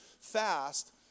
fast